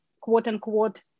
quote-unquote